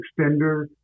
extender